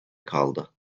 kaldı